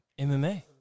MMA